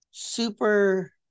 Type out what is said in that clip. super